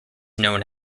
known